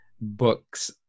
books